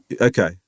Okay